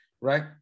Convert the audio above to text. right